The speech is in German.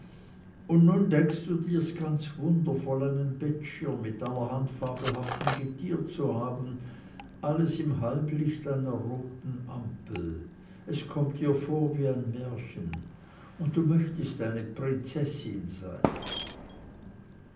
und nun denkst du dir's ganz wundervoll einen bettschirm mit allerhand fabelhaftem getier zu haben alles im halblicht einer roten ampel es kommt dir vor wie ein märchen und du möchtest eine prinzessin sein